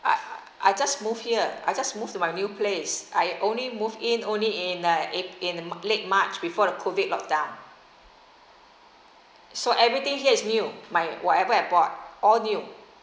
I I just moved here I just moved to my new place I only moved in only in uh in in late march before the COVID lockdown so everything here is new my whatever I bought all new